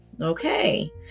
Okay